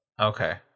Okay